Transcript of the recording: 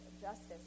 justice